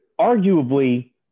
arguably –